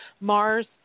Mars